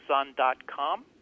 Amazon.com